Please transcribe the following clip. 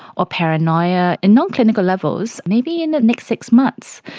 or paranoia in non-clinical levels maybe in the next six months.